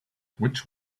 which